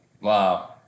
Wow